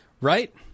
Right